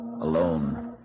alone